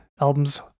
albums